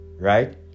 right